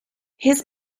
his